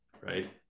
right